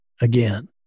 again